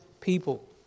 people